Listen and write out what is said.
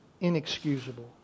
inexcusable